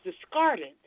discarded